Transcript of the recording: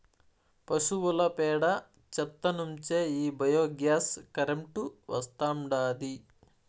పశువుల పేడ చెత్త నుంచే ఈ బయోగ్యాస్ కరెంటు వస్తాండాది